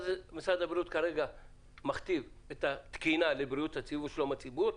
משרד הבריאות כרגע מכתיב את התקינה לבריאות הציבור ולשלום הציבור.